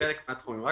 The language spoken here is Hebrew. כל